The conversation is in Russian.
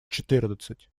четырнадцать